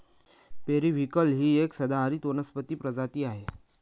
periwinkle ही एक सदाहरित वनस्पती प्रजाती आहे